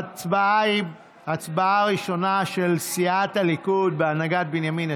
ההצבעה הראשונה היא הצבעה על הצעת סיעת הליכוד בהנהגת בנימין נתניהו: